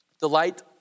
delight